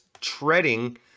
treading